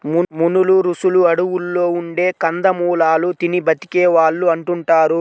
మునులు, రుషులు అడువుల్లో ఉండే కందమూలాలు తిని బతికే వాళ్ళు అంటుంటారు